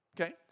Okay